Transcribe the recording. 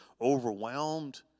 overwhelmed